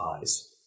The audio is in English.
eyes